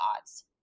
odds